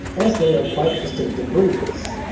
as they are quite distinctive breeds.